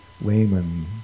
layman